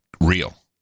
real